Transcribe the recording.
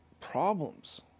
Problems